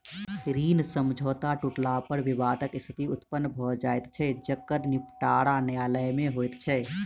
ऋण समझौता टुटला पर विवादक स्थिति उत्पन्न भ जाइत छै जकर निबटारा न्यायालय मे होइत छै